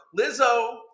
Lizzo